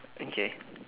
okay